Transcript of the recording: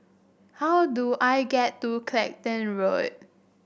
how do I get to Clacton Road